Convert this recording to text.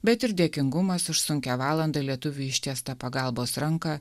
bet ir dėkingumas už sunkią valandą lietuvių ištiestą pagalbos ranką